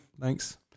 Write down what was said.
Thanks